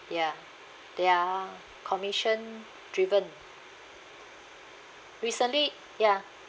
ya they are commission driven recently ya